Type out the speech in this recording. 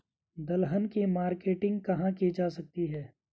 दलहन की मार्केटिंग कहाँ की जा सकती है?